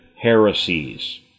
heresies